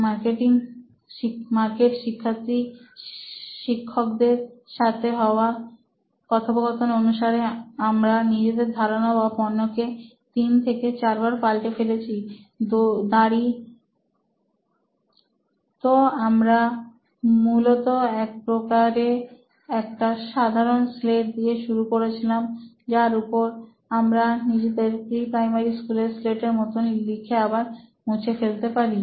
market শিক্ষার্থী শিক্ষকদের সাথে হওয়া কথোপকথন অনুসারে আমরা নিজেদের ধারণা বা পণ্যকে তিন থেকে চারবার পাল্টে ফেলেছি দাড়ি তো আমরা মূলত এক প্রকারে একটা সাধারণ স্লেট দিয়ে শুরু করেছিলাম যার উপর আমরা নিজেদের প্রি প্রাইমারী স্কুলের স্লেটের মতো লিখে আবার মুছে ফেলতে পারি